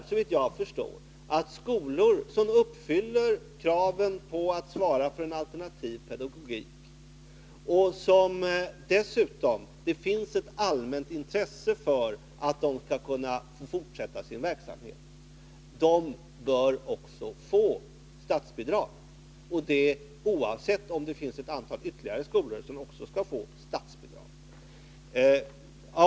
Såvitt jag förstår innebär detta att skolor som uppfyller kraven när det gäller en alternativ pedagogik och för vilkas fortsatta verksamhet det finns ett allmänt intresse också bör få statsbidrag, detta oavsett om det finns ytterligare ett antal skolor som skall få statsbidrag.